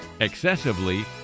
excessively